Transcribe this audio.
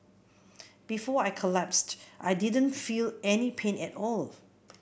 before I collapsed I didn't feel any pain at all